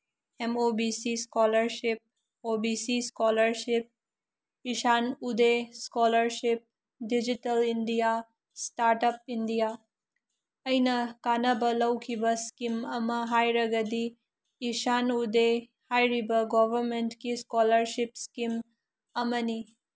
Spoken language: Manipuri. M O B C scholarship O B C scholarship Ishan Uday scholarship digital India start up India ꯑꯩꯅ ꯀꯥꯟꯅꯕ ꯂꯧꯈꯤꯕ ꯏꯁꯀꯤꯝ ꯑꯃ ꯍꯥꯏꯔꯒꯗꯤ ꯏꯁꯥꯟ ꯎꯗꯦ ꯍꯥꯏꯔꯤꯕ ꯒꯣꯕꯔꯃꯦꯟꯀꯤ ꯏꯁꯀꯣꯂꯥꯔꯁꯤꯞ ꯏꯁꯀꯤꯝ ꯑꯃꯅꯤ